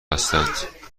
هستند